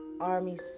Army